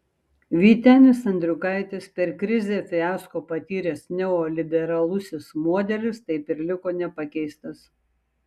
vytenis andriukaitis per krizę fiasko patyręs neoliberalusis modelis taip ir liko nepakeistas